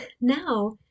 now